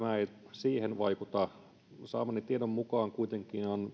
tämä ei siihen vaikuta saamani tiedon mukaan kuitenkin on tällainen tk